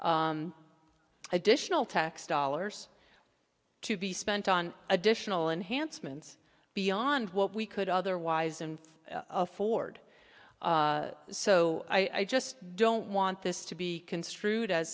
additional tax dollars to be spent on additional enhancements beyond what we could otherwise and afford so i just don't want this to be construed as